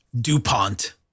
DuPont